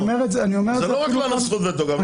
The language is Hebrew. זה לא רק לנו זכות וטו, גם לכם.